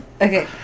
okay